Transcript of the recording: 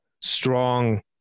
strong